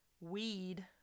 Weed